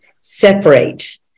separate